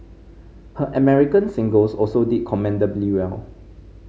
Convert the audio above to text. her American singles also did commendably well